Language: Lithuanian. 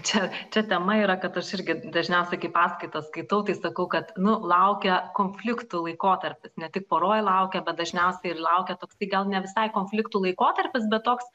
čia čia tema yra kad aš irgi dažniausiai paskaitas skaitau tai sakau kad nu laukia konfliktų laikotarpis ne tik poroj laukia bet dažniausiai ir laukia toksai gal ne visai konfliktų laikotarpis bet toks